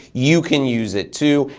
you can use it too.